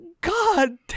God